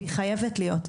היא חייבת להיות.